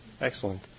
excellent